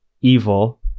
evil